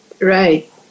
right